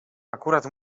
akurat